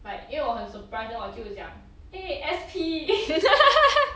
but 因为我很 surprise then 我就讲 !hey! S_P